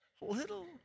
little